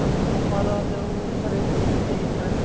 ହଁ ମୋର ଯେଉଁ ଘରେ ଫୁଲିିକି